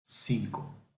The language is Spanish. cinco